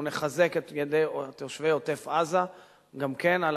ונחזק את ידי תושבי עוטף-עזה גם כן על